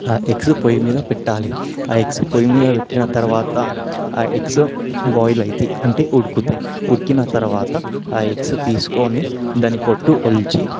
ఆ ఎగ్స్ పొయ్యి మీద పెట్టాలి ఆ ఎగ్స్ పొయ్యి మీద పెట్టిన తరువాత ఆ ఎగ్స్ బాయిల్ అవుతాయి అంటే ఉడుకుతాయి ఉడికిన తరువాత ఆ ఎగ్స్ తీసుకొని దాని పొట్టు ఒలిచి